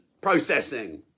processing